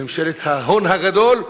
ממשלת ההון הגדול,